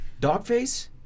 Dogface